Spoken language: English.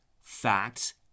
facts